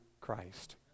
Christ